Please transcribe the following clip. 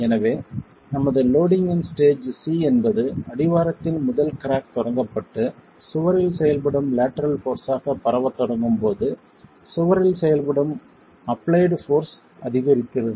எனவே நமது லோடிங்கின் ஸ்டேஜ் c என்பது அடிவாரத்தில் முதல் கிராக் தொடங்கப்பட்டு சுவரில் செயல்படும் லேட்டரல் போர்ஸ் ஆக பரவத் தொடங்கும் போது சுவரில் செயல்படும் அப்பிளைட் போர்ஸ் அதிகரிக்கிறது